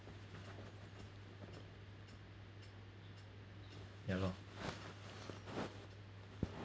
ya lor